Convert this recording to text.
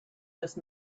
just